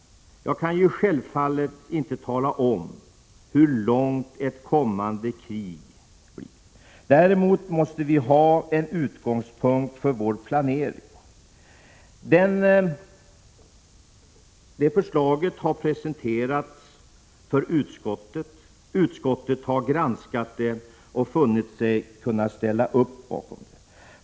Jag kan självfallet inte tala om hur långt ett kommande krig blir. Däremot måste vi ha en utgångspunkt för vår planering. Förslaget har presenterats för utskottet. Utskottet har granskat det och funnit sig kunna ställa upp bakom det.